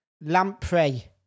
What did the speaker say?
Lamprey